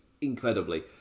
incredibly